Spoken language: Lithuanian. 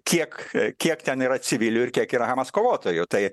kiek kiek ten yra civilių ir kiek iranas kovotojų tai